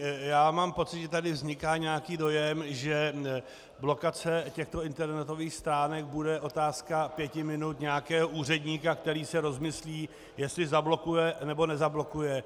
Já mám pocit, že tady vzniká dojem, že blokace těchto internetových stránek bude otázka pěti minut nějakého úředníka, který se rozmyslí, jestli zablokuje, nebo nezablokuje.